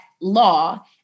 law